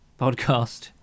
podcast